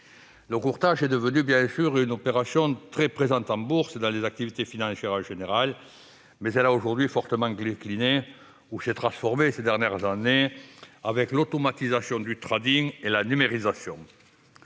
Le courtage est devenu une activité très présente en bourse et dans les activités financières en général, mais il a fortement décliné ou s'est transformé, ces dernières années, avec l'automatisation du et la numérisation.